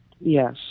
Yes